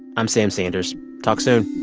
i'm sam sanders talk soon